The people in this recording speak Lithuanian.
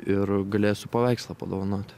ir galėsiu paveikslą padovanoti